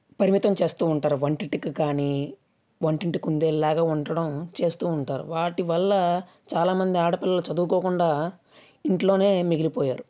పరిమితం చేస్తూ ఉంటారు వంటింటికి కానీ వంటింటి కుందేలు లాగా ఉండడం చేస్తూ ఉంటారు వాటి వల్ల చాలామంది ఆడపిల్లలు చదువుకోకుండా ఇంట్లోనే మిగిలిపోయారు